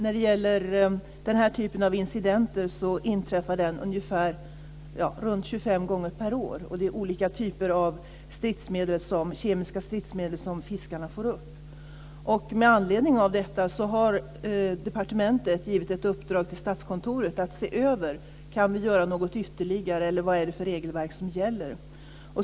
Fru talman! Denna typ av incident inträffar ungefär 25 gånger per år. Det är olika typer av kemiska stridsmedel som fiskarna får upp. Med anledning av detta har departementet gett ett uppdrag till Statskontoret att se över om vi kan göra något ytterligare och vad det är för regelverk som gäller.